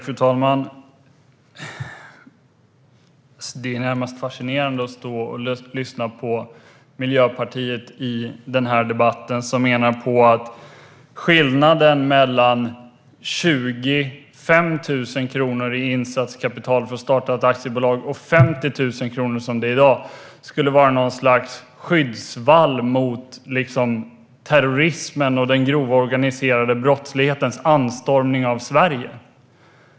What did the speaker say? Fru talman! Det är närmast fascinerande att stå och lyssna på Miljöpartiet i denna debatt. Ni menar att skillnaden mellan 25 000 kronor i insatskapital för att starta ett aktiebolag och 50 000 kronor, som det är i dag, skulle vara något slags skyddsvall mot terrorism och den grova organiserade brottslighetens anstormning av Sverige.